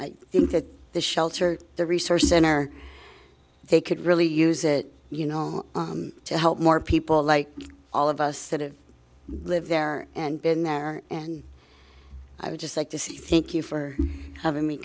i think that the shelter the resource center they could really use it you know to help more people like all of us that live there and been there and i would just like to see think you for having me